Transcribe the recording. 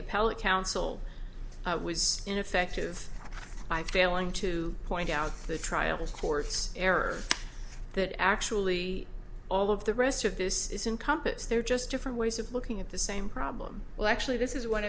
appellate counsel was ineffective by failing to point out the trial court's error that actually all of the rest of this isn't compass they're just different ways of looking at the same problem well actually this is one